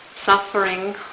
suffering